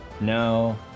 No